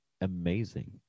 Amazing